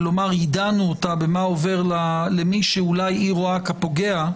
ולומר יידענו אותה במה עובר למי שאולי היא רואה כפוגע,